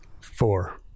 four